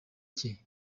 cye